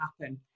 happen